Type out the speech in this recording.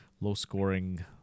low-scoring